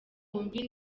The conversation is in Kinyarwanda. wumve